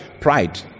pride